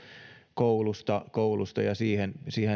koulusta koulusta ja siihen siihen